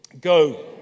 Go